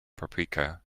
paprika